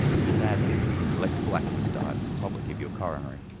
and, sadly, the delectable atkin's diet will probably give you a coronary.